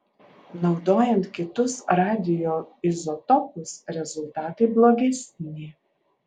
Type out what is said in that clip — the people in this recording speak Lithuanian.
naudojant kitus radioizotopus rezultatai blogesni